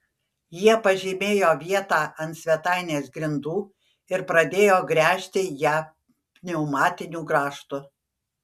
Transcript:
jie pažymėjo vietą ant svetainės grindų ir pradėjo gręžti ją pneumatiniu grąžtu